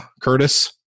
Curtis